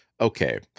okay